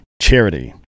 charity